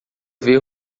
ver